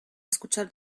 escuchar